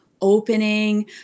opening